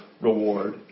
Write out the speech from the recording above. reward